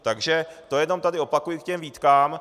Takže to jenom tady opakuji k těm výtkám.